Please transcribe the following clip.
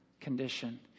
condition